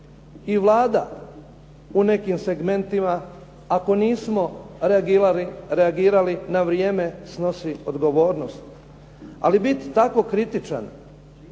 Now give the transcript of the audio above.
i Vlada u nekim segmentima, ako nismo reagirali na vrijeme, snosi odgovornost. Ali biti tako kritičan